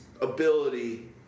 ability